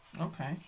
Okay